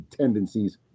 tendencies